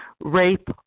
rape